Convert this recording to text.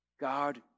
God